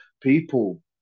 people